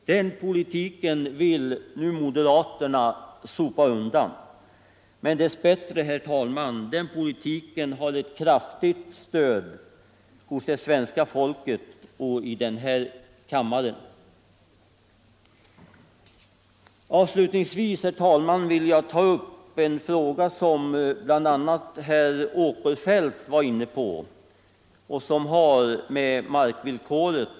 Den politiken vill moderaterna sopa undan. Men dess bättre, herr talman, den politiken har ett kraftigt stöd hos svenska folket och i denna kammare. Avslutningsvis, herr talman, vill jag ta upp en fråga som bl.a. herr Åkerfeldt varit inne på och som har samband med markvillkoret.